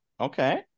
Okay